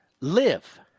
live